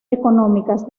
económicas